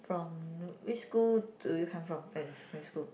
from which school do you come from primary primary school